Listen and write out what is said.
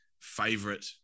favorite